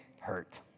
hurt